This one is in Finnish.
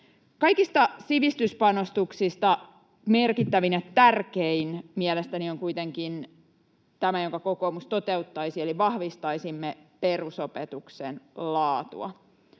Kaikista sivistyspanostuksista merkittävin ja tärkein mielestäni on kuitenkin tämä, jonka kokoomus toteuttaisi, eli vahvistaisimme perusopetuksen laatua.